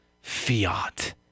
fiat